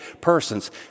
persons